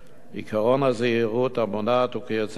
עקרון הזהירות המונעת וכיוצא בזה.